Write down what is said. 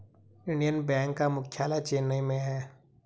Indian bank का मुख्यालय चेन्नई में है